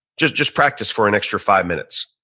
just just practice for an extra five minutes.